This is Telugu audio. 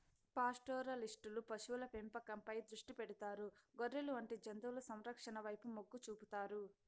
పాస్టోరలిస్టులు పశువుల పెంపకంపై దృష్టి పెడతారు, గొర్రెలు వంటి జంతువుల సంరక్షణ వైపు మొగ్గు చూపుతారు